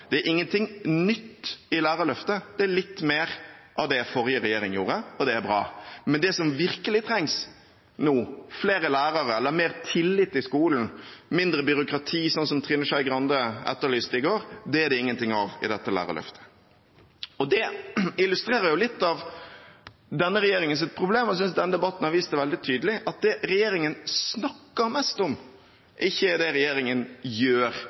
Det er ingenting nytt i Lærerløftet. Det er litt mer av det som forrige regjering gjorde, og det er bra. Men det som virkelig trengs nå, er flere lærere, mer tillit til skolen og mindre byråkrati, som Trine Skei Grande etterlyste i går. Det er det ingenting av i dette lærerløftet. Det illustrerer litt av denne regjeringens problem. Jeg synes denne debatten har vist veldig tydelig at det regjeringen snakker mest om, ikke er det regjeringen gjør